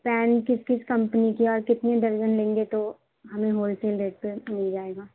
pain کس کس company کے اور کتنے درجن لیں گے تو ہمیں ہول سیل ریٹ پہ مل جائے گا